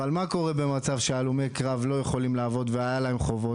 אבל מה קורה במצב שהלומי קרב לא יכולים לעבוד והיו להם חובות,